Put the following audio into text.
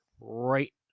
right